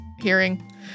hearing